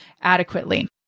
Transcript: adequately